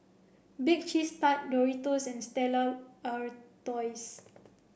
Bake Cheese Tart Doritos and Stella Artois